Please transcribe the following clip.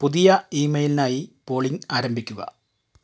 പുതിയ ഇമെയിലിനായി പോളിങ്ങ് ആരംഭിക്കുക